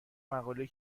مقالهای